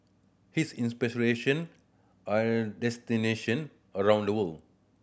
his are destination around the world